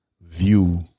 view